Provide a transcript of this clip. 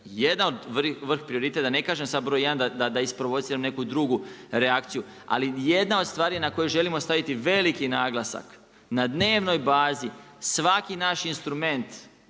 jedan od vrh …, da ne kažem sada broj jedan da isprovociram neku drugu reakciju, ali jedna od stvari na koju želimo staviti veliki naglasak. Na dnevnoj bazi svaki naš instrument